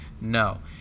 no